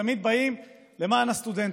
תמיד באים למען הסטודנטים,